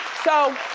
so.